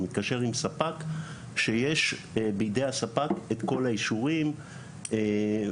מתקשר עם ספק שיש בידי הספק את כל האישורים וזה